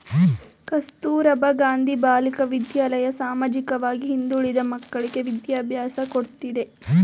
ಕಸ್ತೂರಬಾ ಗಾಂಧಿ ಬಾಲಿಕಾ ವಿದ್ಯಾಲಯ ಸಾಮಾಜಿಕವಾಗಿ ಹಿಂದುಳಿದ ಮಕ್ಕಳ್ಳಿಗೆ ವಿದ್ಯಾಭ್ಯಾಸ ಕೊಡ್ತಿದೆ